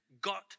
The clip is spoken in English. got